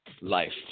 life